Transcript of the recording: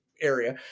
area